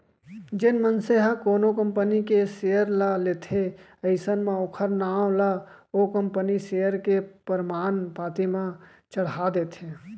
जेन मनसे ह कोनो कंपनी के सेयर ल लेथे अइसन म ओखर नांव ला ओ कंपनी सेयर के परमान पाती म चड़हा देथे